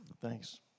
Thanks